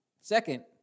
Second